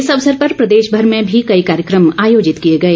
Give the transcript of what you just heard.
इस अवसर पर प्रदेशभर में भी कई कार्यक्रम आयोजित किए गए